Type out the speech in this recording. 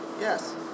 Yes